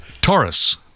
Taurus